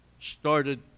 started